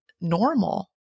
normal